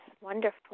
wonderful